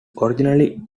originally